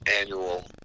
annual